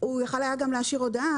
הוא יכול היה גם להשאיר הודעה,